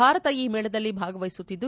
ಭಾರತ ಈ ಮೇಳದಲ್ಲಿ ಭಾಗವಹಿಸುತ್ತಿದ್ದು